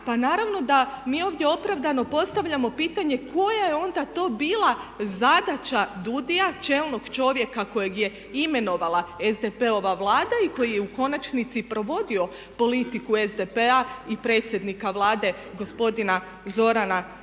Pa naravno da mi ovdje opravdano postavljamo pitanje koja je onda to bila zadaća DUUDI-a, čelnog čovjeka koje je imenovala SDP-ova Vlada i koji je u konačnici provodio politiku SDP-a i predsjednika Vlade gospodina Zorana